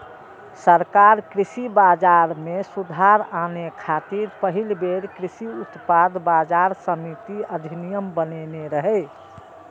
सरकार कृषि बाजार मे सुधार आने खातिर पहिल बेर कृषि उत्पाद बाजार समिति अधिनियम बनेने रहै